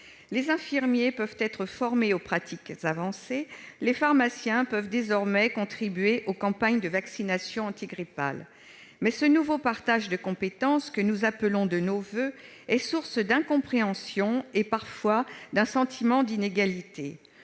les infirmiers peuvent être formés aux pratiques avancées et les pharmaciens peuvent désormais contribuer aux campagnes de vaccination antigrippale, mais ce nouveau partage des compétences, que nous appelons de nos voeux, est source d'incompréhension et, parfois, d'un sentiment d'inégalité.